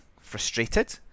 frustrated